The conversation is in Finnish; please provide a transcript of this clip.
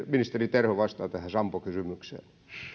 ministeri terho vastaa tähän sampokysymykseen